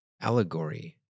allegory